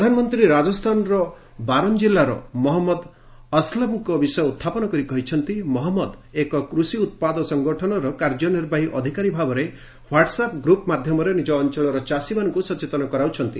ପ୍ରଧାନମନ୍ତ୍ରୀ ରାଜସ୍ଥାନର ବାରନ୍ ଜିଲ୍ଲାର ମହମ୍ମଦ ଅସଲମ୍ଙ୍କ ବିଷୟ ଉତ୍ଥାପନ କରି କହିଛନ୍ତି ମହମ୍ମଦ ଏକ କୃଷି ଉତ୍ପାଦ ସଙ୍ଗଠନର କାର୍ଯ୍ୟନିର୍ବାହୀ ଅଧିକାରୀ ଭାବରେ ହ୍ୱାଟ୍ସ୍ଆପ୍ ଗ୍ରୁପ୍ ମାଧ୍ୟମରେ ନିଜ ଅଞ୍ଚଳର ଚାଷୀମାନଙ୍କୁ ସଚେତନ କରାଉଛନ୍ତି